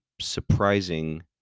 surprising